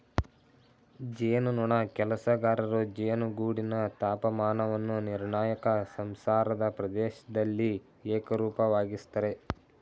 ಜೇನುನೊಣ ಕೆಲಸಗಾರರು ಜೇನುಗೂಡಿನ ತಾಪಮಾನವನ್ನು ನಿರ್ಣಾಯಕ ಸಂಸಾರದ ಪ್ರದೇಶ್ದಲ್ಲಿ ಏಕರೂಪವಾಗಿಸ್ತರೆ